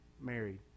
married